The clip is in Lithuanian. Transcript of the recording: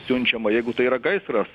siunčiama jeigu tai yra gaisras